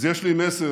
אז יש לי מסר,